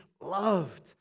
loved